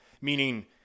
meaning